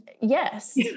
Yes